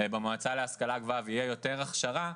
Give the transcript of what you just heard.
במועצה להשכלה גבוהה ותהיה יותר הכשרה,